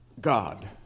God